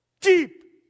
Deep